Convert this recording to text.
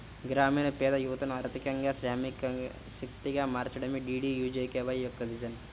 గ్రామీణ పేద యువతను ఆర్థికంగా శ్రామిక శక్తిగా మార్చడమే డీడీయూజీకేవై యొక్క విజన్